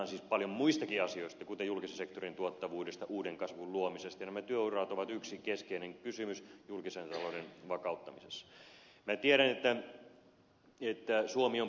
puhutaan siis paljon muistakin asioista kuten julkisen sektorin tuottavuudesta uuden kasvun luomisesta ja nämä työurat ovat yksi keskeinen kysymys julkisen talouden vakauttamisessa